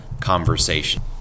conversation